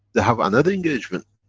they have another engagement,